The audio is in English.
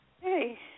Hey